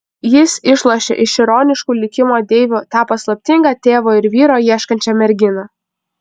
jis išlošė iš ironiškų likimo deivių tą paslaptingą tėvo ir vyro ieškančią merginą